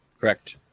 Correct